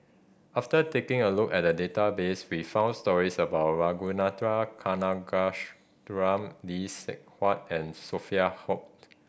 after taking a look at the database we found stories about Ragunathar Lee Sek Huat and Sophia Hult